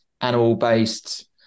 animal-based